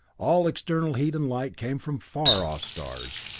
all external heat and light came from far-off stars,